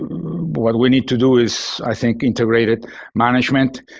what we need to do is i think integrated management.